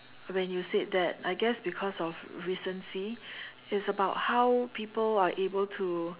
when you said that I guess because of recency it's about how people are able to